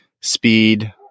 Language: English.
speed